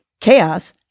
Chaos